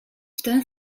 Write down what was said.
ten